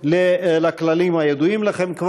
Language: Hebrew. הכללים הידועים לכם.